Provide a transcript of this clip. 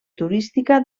turística